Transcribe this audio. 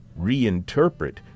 reinterpret